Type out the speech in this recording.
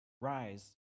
Rise